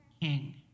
king